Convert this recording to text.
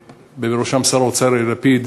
שבראשו שר האוצר יאיר לפיד,